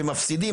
שמפסידים,